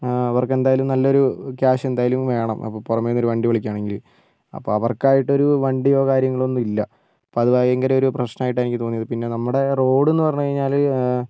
അവർക്കെന്തായാലും നല്ലൊരു ക്യാഷ് എന്തായാലും വേണം അപ്പോൾ പുറമെന്നൊരു വണ്ടിവിളിക്കാണെങ്കിൽ അപ്പോൾ അവർക്കായിട്ടൊരു വണ്ടിയോ കാര്യങ്ങളൊ ഒന്നുമില്ല അപ്പോൾ ഭയങ്കരയൊരു പ്രശ്നമായിട്ടാണ് എനിക്ക് തോന്നിയത് നമ്മുടെ റോഡ് എന്ന്പറഞ്ഞു കഴിഞ്ഞാൽ